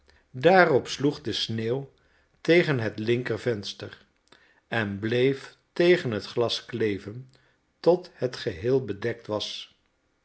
daarop sloeg de sneeuw tegen het linkervenster en bleef tegen het glas kleven tot het geheel bedekt was